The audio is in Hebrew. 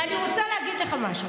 אני רוצה להגיד לך משהו.